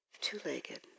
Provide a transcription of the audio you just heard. two-legged